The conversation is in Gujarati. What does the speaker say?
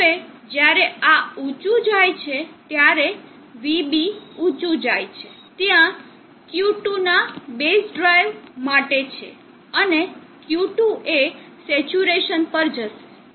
હવે જ્યારે આ ઊચું જાય છે ત્યારે Vb ઊચું જાય છે ત્યાં Q2 ના બેઝ માટે ડ્રાઇવ છે અને Q2 એ સેચ્યુરેશન પર જશે